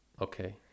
okay